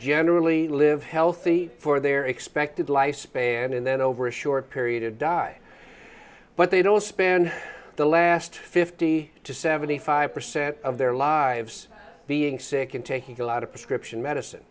generally live healthy for their expected lifespan and then over a short period die but they don't spend the last fifty to seventy five percent of their lives being sick and taking a lot of prescription medicine